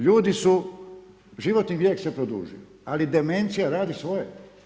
Ljudi su, životni vijek se produžio ali demencija radi svoje.